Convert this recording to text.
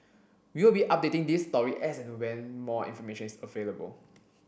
we will be updating this story as and when more information is available